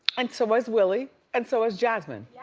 and so has willie and so has jasmine. yes.